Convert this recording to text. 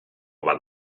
bat